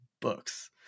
books